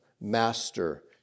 master